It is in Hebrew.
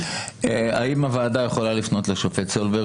האם הוועדה יכולה לפנות לשופט סולברג,